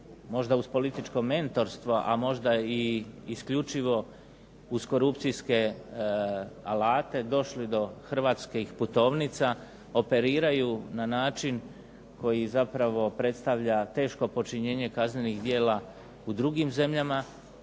možda uz političko mentorstvo, a možda i isključivo uz korupcijske alate došli do hrvatskih putovnica, operiraju na način koji zapravo predstavlja teško počinjenje kaznenih djela u drugim zemljama